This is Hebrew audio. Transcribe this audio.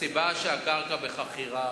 הסיבה לכך שהקרקע בחכירה